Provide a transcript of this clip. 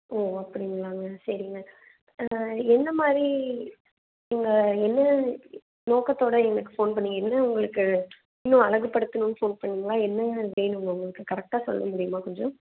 ஓ அப்படிங்களாங்க சரிங்க என்னமாதிரி நீங்கள் என்ன நோக்கத்தோட எங்களுக்கு ஃபோன் பண்ணீங்க என்ன உங்களுக்கு இன்னும் அழகுபடுத்தணுன்னு சொல்லுறிங்களா என்ன வேணும்ங்க உங்களுக்கு கரெக்டாக சொல்ல முடியுமா கொஞ்சம்